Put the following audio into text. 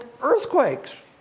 earthquakes